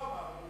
הוא לא אמר.